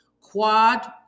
quad